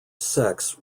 sex